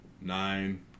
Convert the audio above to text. Nine